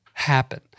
Happen